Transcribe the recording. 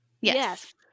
Yes